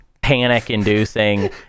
panic-inducing